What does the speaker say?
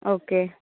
okay